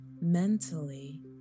mentally